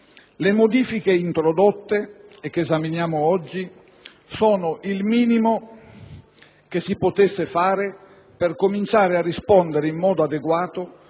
Le modifiche introdotte e che oggi esaminiamo sono il minimo che si potesse fare per cominciare a rispondere in modo adeguato